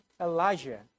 Elijah